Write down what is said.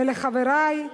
ולחברי,